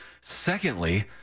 Secondly